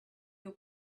your